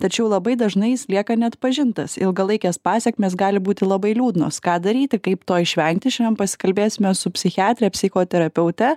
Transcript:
tačiau labai dažnai jis lieka neatpažintas ilgalaikės pasekmės gali būti labai liūdnos ką daryti kaip to išvengti šiandien pasikalbėsime su psichiatre psichoterapeute